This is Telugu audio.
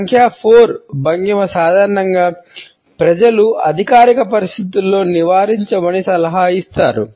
సంఖ్యా 4 భంగిమ సాధారణంగా ప్రజలు అధికారిక పరిస్థితులలో నివారించమని సలహా ఇస్తారు